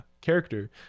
character